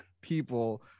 people